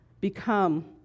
become